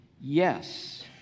yes